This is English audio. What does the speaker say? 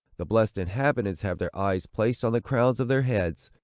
the blessed inhabitants have their eyes placed on the crown of their heads,